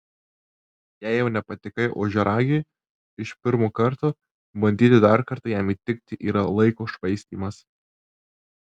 jei jau nepatikai ožiaragiui iš pirmo karto bandyti dar kartą jam įtikti yra laiko švaistymas